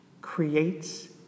creates